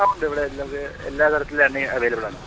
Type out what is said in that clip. ആ ഉണ്ട് ഇവിടെ അല്ലാതെ എല്ലാ തരത്തിലുള്ള എണ്ണയും അവൈലബിളാണ്